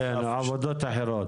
כן, בעבודות אחרות.